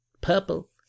purple